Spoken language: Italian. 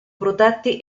protetti